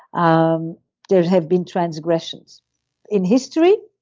um there have been transgressions in history,